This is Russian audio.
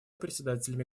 председателями